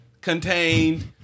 contained